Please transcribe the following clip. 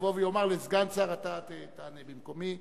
יבוא ויאמר לסגן שר, אתה תענה במקומי.